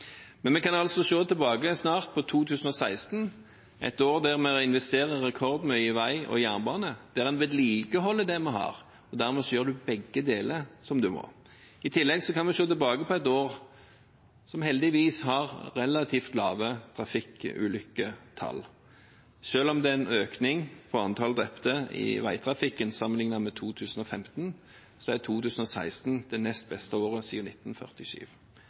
men vi skal også gi korrekt informasjon, og det har skjedd i denne saken. Vi kan snart se tilbake på 2016 – et år der vi investerer rekordmye i vei og jernbane, og der vi vedlikeholder det vi har. Dermed gjør vi begge deler, slik vi må. I tillegg kan vi se tilbake på et år som heldigvis har relativt lave trafikkulykkestall. Selv om det er en økning i antall drepte i veitrafikken sammenlignet med 2015, er 2016 det nest beste året siden 1947.